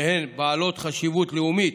שהן בעלות חשיבות לאומית